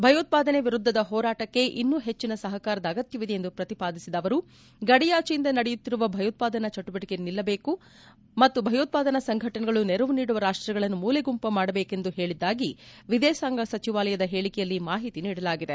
ಭಯೋತ್ವಾದನೆ ವಿರುದ್ಧದ ಹೋರಾಟಕ್ಕೆ ಇನ್ನೂ ಹೆಚ್ಚಿನ ಸಹಕಾರ ಅಗತ್ಯವಿದೆ ಎಂದು ಶ್ರತಿಪಾದಿಸಿದ ಅವರು ಗಡಿಯಾಚೆಯಿಂದ ನಡೆಯುತ್ತಿರುವ ಭಯೋತ್ಪಾದನಾ ಚಟುವಟಕೆಗಳು ನಿಲ್ಲಬೇಕು ಮತ್ತು ಭಯೋತ್ಪಾದಕ ಸಂಘಟನೆಗಳು ನೆರವು ನೀಡುವ ರಾಷ್ಟಗಳನ್ನು ಮೂಲೆಗುಂಪು ಮಾಡಬೇಕು ಎಂದು ಹೇಳಿದ್ದಾಗಿ ವಿದೇಶಾಂಗ ಸಚಿವಾಲಯದ ಹೇಳಿಕೆಯಲ್ಲಿ ಮಾಹಿತಿ ನೀಡಲಾಗಿದೆ